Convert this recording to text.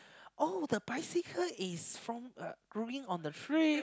oh the bicycle is from uh growing on the tree